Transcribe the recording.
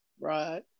Right